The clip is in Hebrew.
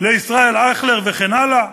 לישראל אייכלר וכן הלאה?